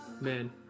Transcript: Man